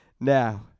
Now